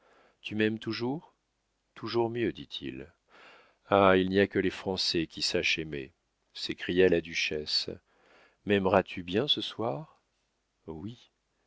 tu m'aimes toujours toujours mieux dit-il ah il n'y a que les français qui sachent aimer s'écria la duchesse maimeras tu bien ce soir oui